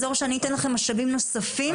תשמעי ממני התנגדות לקבל עוד משאבים להדק את הפיקוח,